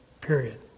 period